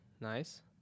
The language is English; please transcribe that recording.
Nice